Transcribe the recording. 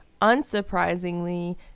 unsurprisingly